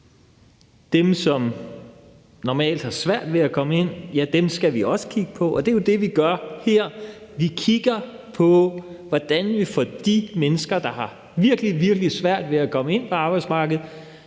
Dem, som normalt har svært ved at komme ind, skal vi også kigge på, og det er jo det, vi gør her. Vi kigger på, hvordan vi får de mennesker, der har virkelig, virkelig svært ved at komme ind på arbejdsmarkedet,